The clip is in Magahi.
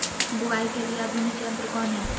बुवाई के लिए आधुनिक यंत्र कौन हैय?